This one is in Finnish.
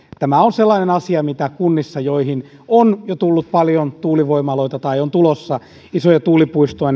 tämä on sellainen asia mitä kunnissa joihin on jo tullut paljon tuulivoimaloita tai on tulossa isoja tuulipuistoja